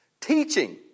Teaching